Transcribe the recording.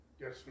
yes